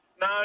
No